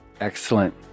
Excellent